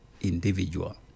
individual